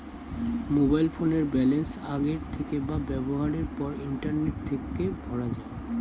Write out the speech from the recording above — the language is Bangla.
মোবাইল ফোনের ব্যালান্স আগের থেকে বা ব্যবহারের পর ইন্টারনেট থেকে ভরা যায়